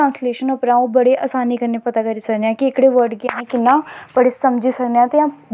जां कुसै मजहव बारै असकोई गल्ल गै नी करदे पर जेह्ड़ा साढ़ा अप्पनां मजहब ऐ अपनां कल्चर ऐ